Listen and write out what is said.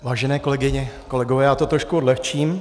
Vážené kolegyně, kolegové, já to trošku odlehčím.